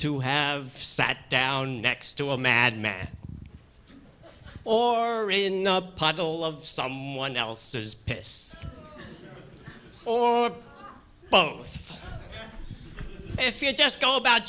to have sat down next to a madman or in part all of someone else's piss or both if you just go about